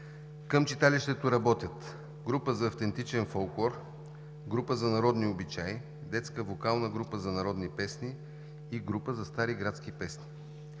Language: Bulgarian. Към читалището работят: група за автентичен фолклор, група за народни обичаи, детска вокална група за народни песни и група за стари градски песни.